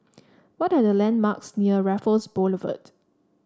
what are the landmarks near Raffles Boulevard